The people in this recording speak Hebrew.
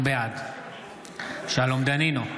בעד שלום דנינו,